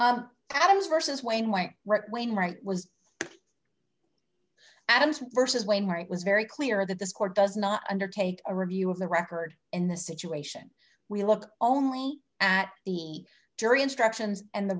don't versus wayne why wainwright was adams versus wainwright was very clear that this court does not undertake a review of the record in the situation we look only at the jury instructions and the